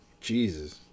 Jesus